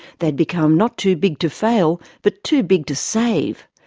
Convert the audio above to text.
they had become not too big to fail but too big to save.